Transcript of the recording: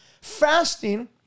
fasting